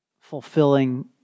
fulfilling